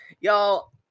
Y'all